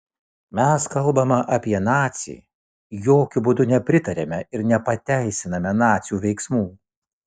mes kalbame apie nacį jokiu būdu nepritariame ir nepateisiname nacių veiksmų